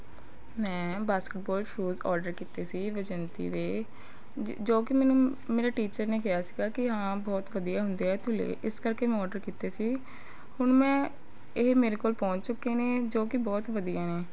ਮੈਂ basketball shoes order ਕੀਤੇ ਸੀ ਵੈਜੰਤੀ ਦੇ ਜ ਜੋ ਕਿ ਮੈਨੂੰ ਮੇਰੇ ਟੀਚਰ ਨੇ ਕਿਹਾ ਸੀਗਾ ਕਿ ਹਾਂ ਬਹੁਤ ਵਧੀਆ ਹੁੰਦੇ ਆ ਤੂੰ ਲੈ ਇਸ ਕਰਕੇ ਮੈਂ ਓਡਰ ਕੀਤੇ ਸੀ ਹੁਣ ਮੈਂ ਇਹ ਮੇਰੇ ਕੋਲ ਪਹੁੰਚ ਚੁੱਕੇ ਨੇ ਜੋ ਕਿ ਬਹੁਤ ਵਧੀਆ ਨੇ